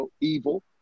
evil